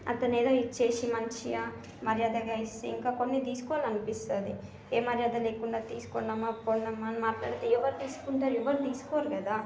అతను ఏదో ఇచ్చేసి మంచిగా మర్యాదగా ఇస్తే ఇంకా కొన్ని తీసుకోవాలనిపిస్తుంది ఏ మర్యాద లేకుండా తీసుకోండమ్మ పోండమ్మ అని మాట్లాడితే ఎవరు తీసుకుంటారు ఎవరు తీసుకోరు కదా